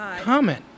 comment